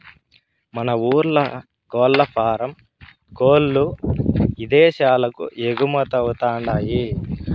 మన ఊర్ల కోల్లఫారం కోల్ల్లు ఇదేశాలకు ఎగుమతవతండాయ్